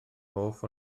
hoff